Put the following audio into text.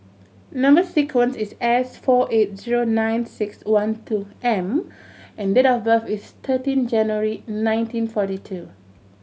number sequence is S four eight zero nine six one two M and date of birth is thirteen January nineteen forty two